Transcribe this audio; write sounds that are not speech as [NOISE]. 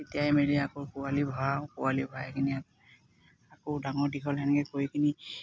[UNINTELLIGIBLE] মেলি আকৌ পোৱালি ভৰাওঁ পোৱালি [UNINTELLIGIBLE] আকৌ ডাঙৰ দীঘল সেনেকে কৰি কিনি